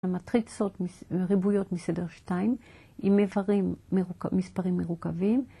ומטריצות מס..ריבועיות מסדר שתיים, ‫עם איברים, מספרים מרוכבים.